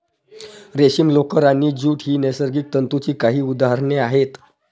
रेशीम, लोकर आणि ज्यूट ही नैसर्गिक तंतूंची काही उदाहरणे आहेत